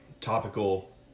topical